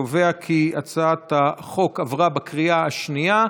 אני קובע כי הצעת החוק עברה בקריאה השנייה.